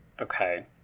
okay